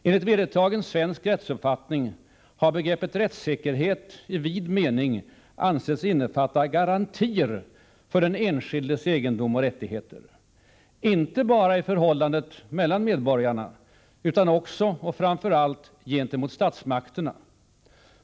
Enligt vedertagen svensk rättsuppfattning har begreppet rättssäkerhet i vid mening ansetts innefatta garantier för den enskildes egendom och rättigheter, inte bara i förhållandet mellan medborgarna utan också och framför allt gentemot statsmakterna.